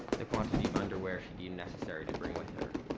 the quantity of underwear she deemed necessary to bring with her.